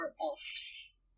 offs